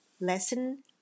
lesson